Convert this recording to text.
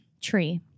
tree